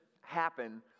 happen